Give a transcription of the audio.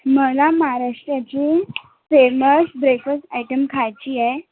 मला महाराष्ट्राचे famous breakfast item खायचे आहे